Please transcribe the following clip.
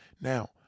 Now